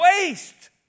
waste